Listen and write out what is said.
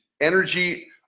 Energy